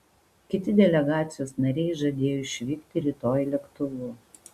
kiti delegacijos nariai žadėjo išvykti rytoj lėktuvu